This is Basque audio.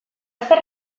zer